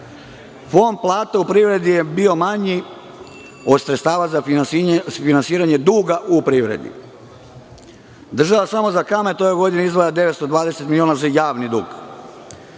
evra. Fond plate u privredi je bio manji od sredstava za finansiranje duga u privredi. Država samo za kamate u ovoj godini je izdvaja 920 miliona, samo za javni dug.